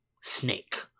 snake